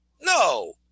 No